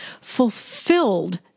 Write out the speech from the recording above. fulfilled